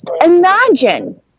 Imagine